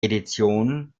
edition